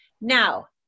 Now